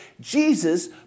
Jesus